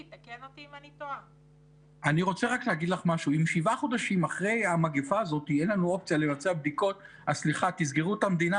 אני חושב שאפשר להמשיך בדרך הזאת ובלי סגר,